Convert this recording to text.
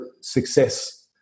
success